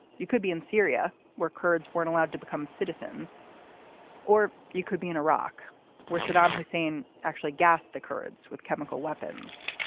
you could be in syria where kurds weren't allowed to become citizens or you could be in iraq where saddam hussein actually gassed the kurds with chemical weapons.